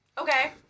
Okay